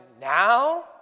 now